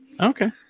Okay